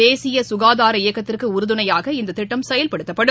தேசிய சுகாதார இயக்கத்திற்கு உறுதுணையாக இந்த திட்டம் செயல்படுத்தப்படும்